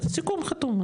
סיכום חתום,